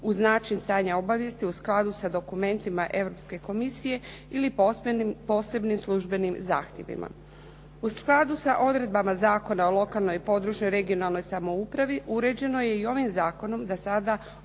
uz naših stanja obavijesti u skladu sa dokumentima Europske komisije ili posebnim službenim zahtjevima. U skladu sa odredbama Zakona o lokalnoj i područnoj regionalnoj samoupravi uređeno je i ovim zakonom da sada